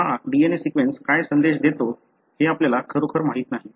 हा DNA sequence काय संदेश देतो हे आपल्याला खरोखर माहित नाही